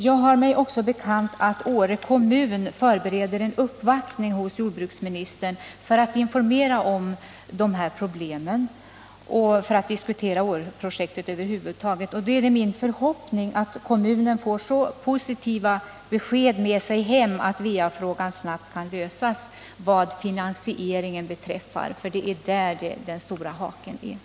Jag har mig också bekant att Åre kommun förbereder en uppvaktning hos jordbruksministern för att informera honom om de här problemen och för att diskutera Åreprojektet över huvud taget. Det är min förhoppning att Åre kommun då får så positiva besked med sig hem att va-frågan snabbt kan lösas vad finansieringen beträffar, för det är där den stora haken finns.